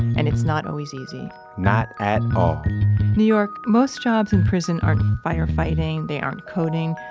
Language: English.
and it's not always easy not at new york, most jobs in prison aren't firefighting, they aren't coding.